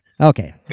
Okay